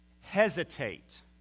hesitate